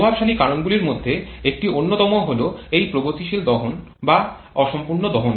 প্রভাবশালী কারণগুলির মধ্যে একটি অন্যতম হল এই প্রগতিশীল দহন এবং অসম্পূর্ণ জ্বলন